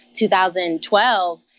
2012